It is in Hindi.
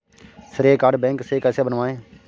श्रेय कार्ड बैंक से कैसे बनवाएं?